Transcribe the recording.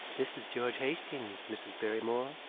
this is george hastings, mrs. barrymore,